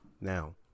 Now